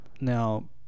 now